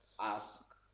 ask